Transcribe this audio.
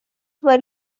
were